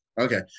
okay